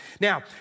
Now